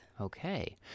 Okay